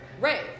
Right